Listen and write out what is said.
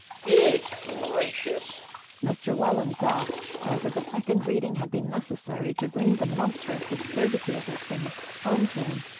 good gracious mr. welland gasped, as if a second reading had been necessary to bring the monstrous absurdity of the thing home to him.